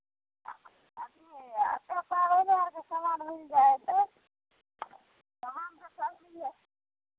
अथि समान मिल जाइ हइ से समानसभ सभकिछु हइ